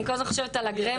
אני כל הזמן חושבת על ---,